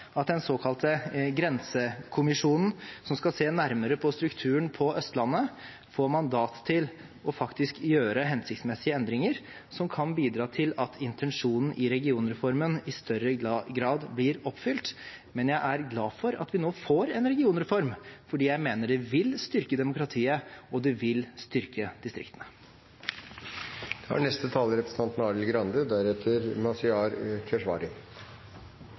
at den såkalte grensekommisjonen, som skal se nærmere på strukturen på Østlandet, får mandat til å gjøre hensiktsmessige endringer, som kan bidra til at intensjonen i regionreformen i større grad blir oppfylt. Men jeg er glad for at vi nå får en regionreform, fordi jeg mener det vil styrke demokratiet og distriktene. Dette kunne ha vært saken hvor man fikk sammenslåing av en rekke kommuner, med stor oppslutning i de berørte kommunene, blant folk det